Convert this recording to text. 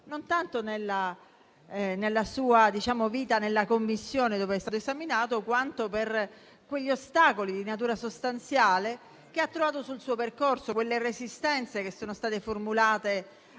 non tanto nella sua vita nella Commissione dove è stato esaminato, quanto per quegli ostacoli di natura sostanziale che ha trovato sul suo percorso, quelle resistenze che sono state formulate